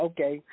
Okay